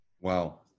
Wow